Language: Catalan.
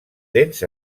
dents